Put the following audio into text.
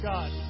God